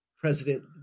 president